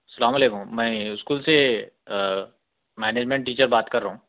سلام علیکم میں اسکول سے مینجمنٹ ٹیچر بات کر رہا ہوں